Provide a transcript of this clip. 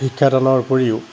শিক্ষাদানৰ উপৰিও